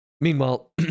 Meanwhile